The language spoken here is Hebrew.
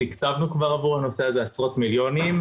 תקצבנו כבר עבור הנושא הזה עשרות מיליונים.